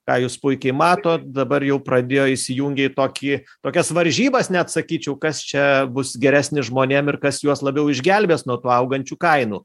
ką jūs puikiai matot dabar jau pradėjo įsijungė į tokį tokias varžybas net sakyčiau kas čia bus geresni žmonėm ir kas juos labiau išgelbės nuo tų augančių kainų